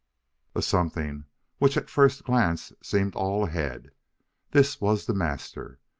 a something which, at first glance, seemed all head this was the master.